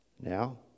now